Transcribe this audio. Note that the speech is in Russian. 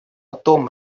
том